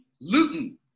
Luton